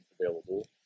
available